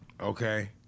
Okay